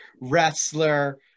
wrestler